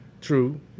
True